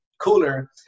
cooler